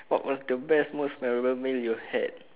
what was the best most memorable meal you had